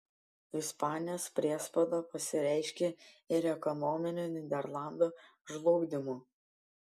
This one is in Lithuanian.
ispanijos priespauda pasireiškė ir ekonominiu nyderlandų žlugdymu